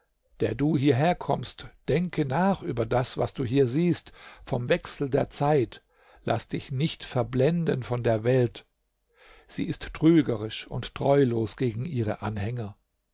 der du hierher kommst denke nach über das was du hier siehst vom wechsel der zeit laß dich nicht verblenden von der weit sie ist trügerisch und treulos gegen ihre anhänger